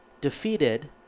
defeated